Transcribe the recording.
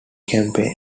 campaign